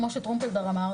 כמו שטרומפלדור אמר,